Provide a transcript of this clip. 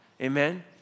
Amen